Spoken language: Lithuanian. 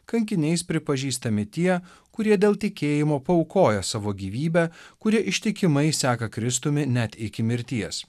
kankiniais pripažįstami tie kurie dėl tikėjimo paaukojo savo gyvybę kuri ištikimai seka kristumi net iki mirties